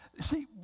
See